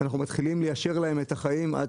אנחנו מתחילים ליישר להם את החיים עד